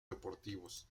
deportivos